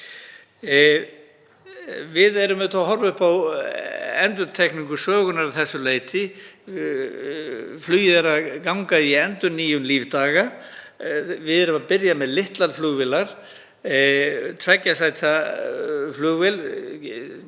Við horfum auðvitað upp á endurtekningu sögunnar að þessu leyti. Flugið er að ganga í endurnýjun lífdaga. Við erum að byrja með litlar flugvélar, tveggja sæta flugvélar